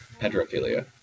pedophilia